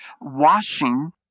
washing